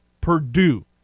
Purdue